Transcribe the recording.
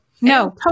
no